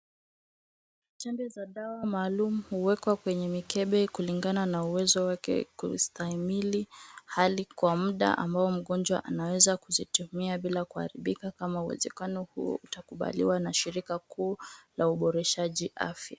Tembe za dawa maalum huwekwa kwenye mikebe kulingana na uwezo wake kustahimili hali kwa muda ambao mgonjwa anaweza kuzitumia bila kuharibika kama uwezekano huo utakubaliwa na shirika kuu la uboreshaji afya.